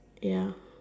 ya